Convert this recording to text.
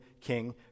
king